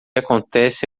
acontece